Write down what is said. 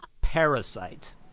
Parasite